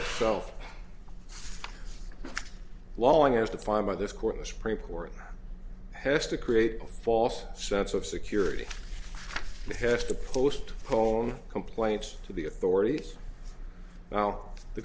self long as defined by this court the supreme court has to create a false sense of security has to postpone complaints to the authorities now the